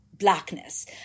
blackness